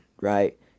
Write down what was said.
right